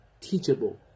teachable